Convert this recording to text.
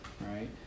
right